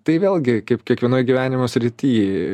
tai vėlgi kaip kiekvienoj gyvenimo srity